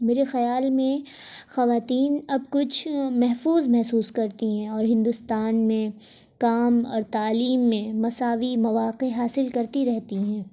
میرے خیال میں خواتین اب کچھ محفوظ محسوس کرتی ہیں اور ہندوستان میں کام اور تعلیم میں مساوی مواقع حاصل کرتی رہتی ہیں